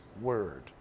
Word